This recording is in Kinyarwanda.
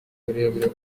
burere